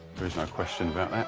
there is no question about